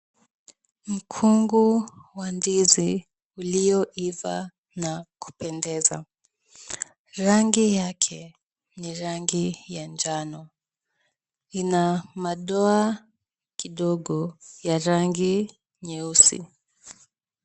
Mkungu wa ndizi ulioiva na kupendeza. Rangi yake ni rangi ya njano. Ina madoa kidogo ya rangi nyeusi.